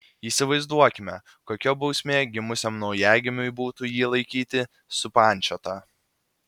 įsivaizduokime kokia bausmė gimusiam naujagimiui būtų jį laikyti supančiotą